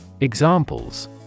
Examples